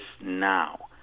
now